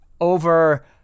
over